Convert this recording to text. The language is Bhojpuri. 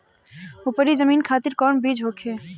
उपरी जमीन खातिर कौन बीज होखे?